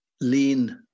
lean